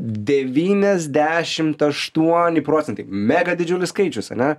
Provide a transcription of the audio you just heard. devyniasdešimt aštuoni procentai megadidžiulis skaičius ane